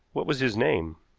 what was his name?